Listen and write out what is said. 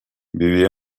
vivía